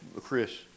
Chris